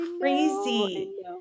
crazy